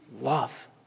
love